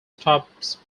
stops